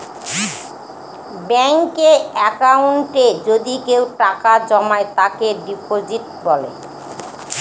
ব্যাঙ্কে একাউন্টে যদি কেউ টাকা জমায় তাকে ডিপোজিট বলে